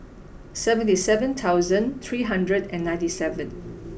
seventy seven thousand three hundred and ninety seven